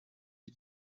for